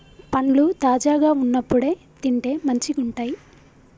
పండ్లు తాజాగా వున్నప్పుడే తింటే మంచిగుంటయ్